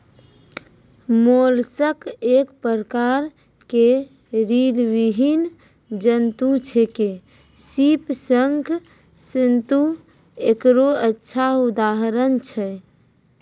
mollusc एक प्रकार के रीड़विहीन जंतु छेकै, सीप, शंख, सित्तु एकरो अच्छा उदाहरण छै